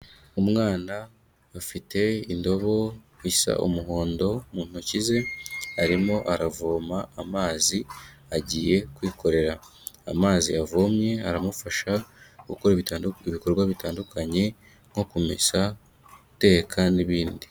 Umwana afite indobo bisa umuhondo mu ntoki ze, arimo aravoma amazi agiye kwikorera. Amazi yavomye aramufasha gukora ibikorwa bitandukanye nko kumesa, guteka n'ibindi.